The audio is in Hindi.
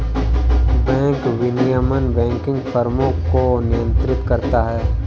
बैंक विनियमन बैंकिंग फ़र्मों को नियंत्रित करता है